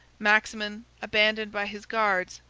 maximin, abandoned by his guards,